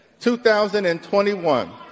2021